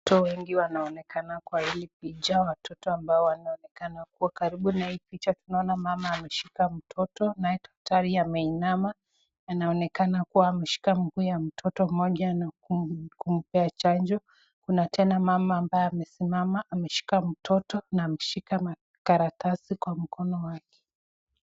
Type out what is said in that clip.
Watoto wengi wanaonekana kwa hili picha. Watoto ambao wanaonekana wakiwa karibu na hii picha inaonekana mama ameshika mtoto naye daktari ameinama anaonekana kua ameshika mguu ya mtoto moja kumpea chanjo. Kuna tena mama ambaye amesimama ameshika mtoto na ameshika karatasi kwa mkonk wake.